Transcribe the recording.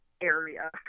area